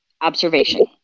observation